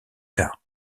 tard